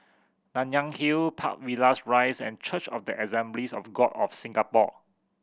Nanyang Hill Park Villas Rise and Church of the Assemblies of God of Singapore